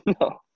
No